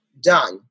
done